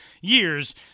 years